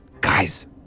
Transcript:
guys